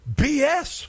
bs